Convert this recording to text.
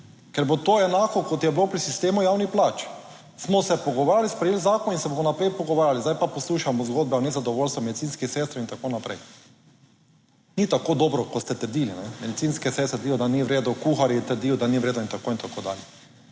Ker bo to enako, kot je bilo pri sistemu javnih plač, smo se pogovarjali, sprejeli zakon in se bomo naprej pogovarjali. Zdaj pa poslušamo zgodbe o nezadovoljstvu medicinskih sester in tako naprej. Ni tako dobro, kot ste trdili. Medicinske sestre trdijo, da ni v redu, kuharji trdijo, da ni v redu in tako in tako dalje.